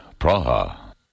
Praha